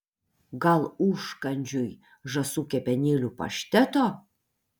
gal užkandžiui žąsų kepenėlių pašteto